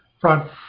front